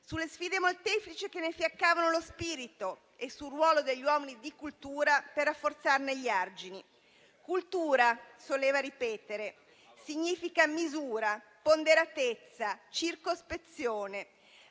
sulle sfide molteplici che ne fiaccavano lo spirito e sul ruolo degli uomini di cultura, per rafforzarne gli argini. Egli soleva ripetere: «Cultura significa misura, ponderatezza, circospezione: